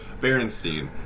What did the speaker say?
Berenstain